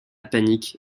panique